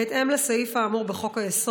בהתאם לסעיף האמור בחוק-היסוד,